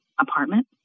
apartment